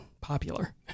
popular